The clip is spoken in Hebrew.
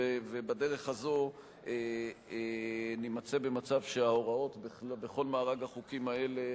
ובדרך הזו נימצא במצב שההוראות בכל מארג החוקים האלה